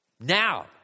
Now